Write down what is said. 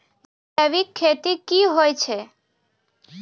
जैविक खेती की होय छै?